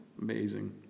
Amazing